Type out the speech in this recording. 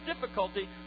difficulty